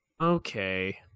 okay